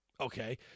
Okay